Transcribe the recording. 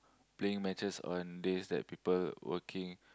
playing matches on days that people working